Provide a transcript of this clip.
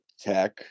tech